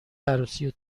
عروسی